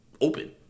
open